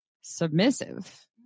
submissive